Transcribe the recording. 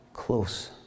Close